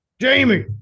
Jamie